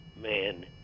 man